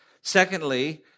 Secondly